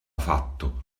fatto